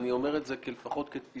אבל אני אומר את זה לפחות כתפיסה,